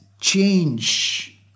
change